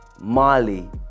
Mali